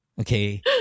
okay